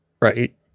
right